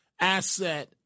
asset